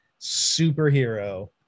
superhero